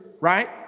right